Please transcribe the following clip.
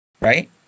right